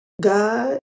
God